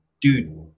dude